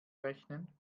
rechnen